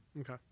Okay